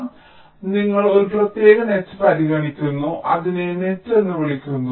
അതിനാൽ ഞങ്ങൾ ഒരു പ്രത്യേക നെറ്റ് പരിഗണിക്കുന്നു അതിനെ നെറ്റ് എന്ന് വിളിക്കുന്നു